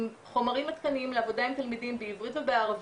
עם חומרים עדכניים לעבודה עם תלמידים בעברית ובערבית.